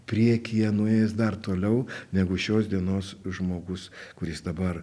priekyje nuėjęs dar toliau negu šios dienos žmogus kuris dabar